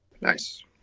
Nice